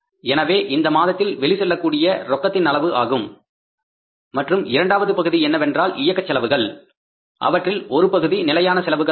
எனவே இந்த மாதத்தில் வெளி செல்லக்கூடிய ரொக்கத்தின் அளவு ஆகும் மற்றும் இரண்டாவது பகுதி என்னவென்றால் இயக்க செலவுகள் அவற்றில் ஒரு பகுதி நிலையான செலவுகள் ஆகும்